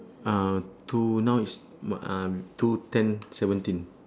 uh two now is m~ uh two ten seventeen